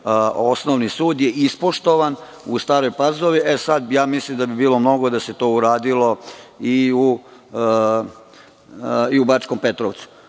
osnovni sud je ispoštovan u Staroj Pazovi. E, sad, ja mislim da bi bilo mnogo da se to uradilo i u Bačkom Petrovcu. Znači,